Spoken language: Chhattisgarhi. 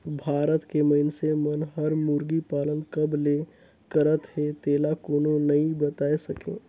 भारत के मइनसे मन हर मुरगी पालन कब ले करत हे तेला कोनो नइ बताय सके